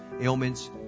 ailments